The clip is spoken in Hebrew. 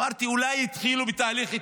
אמרתי: אולי התחילו בתהליך התייעלות.